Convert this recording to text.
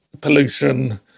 pollution